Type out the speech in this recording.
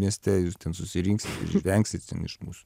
mieste jūs ten susirinksit ir žvengsit ten iš mūsų